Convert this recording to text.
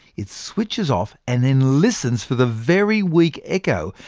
it switches off, and then listens for the very weak echo,